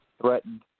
threatened